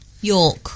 York